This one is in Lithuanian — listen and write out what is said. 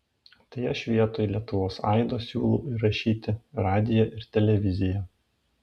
tai aš vietoj lietuvos aido siūlau įrašyti radiją ir televiziją